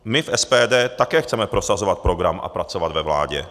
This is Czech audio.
My v SPD také chceme prosazovat program a pracovat ve vládě.